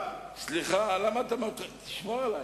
אני חושב שהוא עושה מעשה